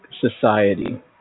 Society